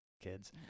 kids